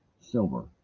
silver